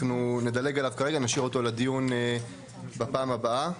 נשאיר אותו לדיון בפעם הבאה,